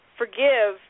forgive